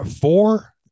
four